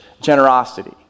generosity